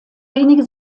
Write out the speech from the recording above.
wenige